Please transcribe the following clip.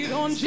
on